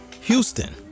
Houston